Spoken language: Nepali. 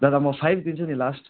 दादा म फाइभ दिन्छु नि लास्ट